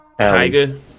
Tiger